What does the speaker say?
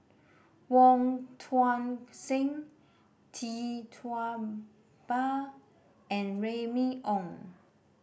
Wong Tuang Seng Tee Tua Ba and Remy Ong